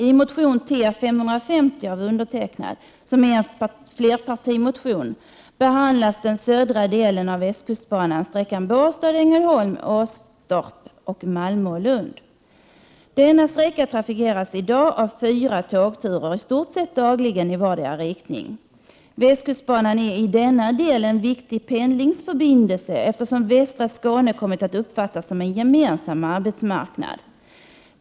I motion T550 av mig m.fl. — en flerpartimotion — behandlas den södra delen av västkustbanan, sträckan Båstad-Ängelholm-Åstorp Malmö/Lund. Denna sträcka trafikeras i dag med fyra tågturer i stort sett dagligen i vardera riktningen. Västkustbanan är i denna del en viktig pendlingsförbindelse, eftersom västra Skåne kommit att uppfattas som en gemensam arbetsmarknad.